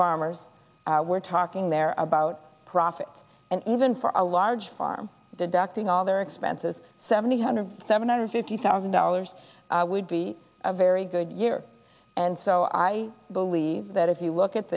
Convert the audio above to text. farmers we're talking there about profit and even for a large farm deducting all their expenses seven hundred seven hundred fifty thousand dollars would be a very good year and so i believe that if you look at